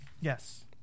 Yes